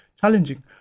challenging